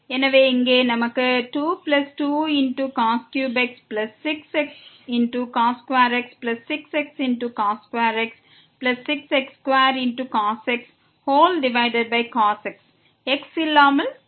எனவே இங்கே நமக்கு இது உள்ளது 22x 6xx 6xx 6x2cos x cos x x இல்லாமல் 2